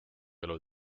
elu